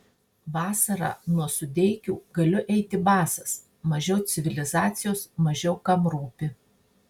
vasarą nuo sudeikių galiu eiti basas mažiau civilizacijos mažiau kam rūpi